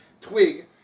twig